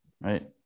right